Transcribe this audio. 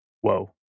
whoa